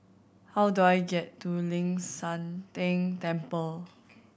how do I get to Ling San Teng Temple